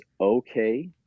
okay